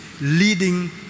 leading